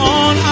on